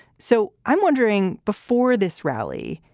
so i'm wondering, before this rally,